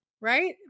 right